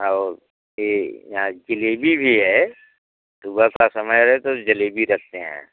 और ये यहाँ जलेबी भी है सुबह का समय रहे तो जलेबी रखते हैं